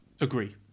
Agree